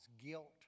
guilt